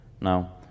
Now